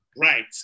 Right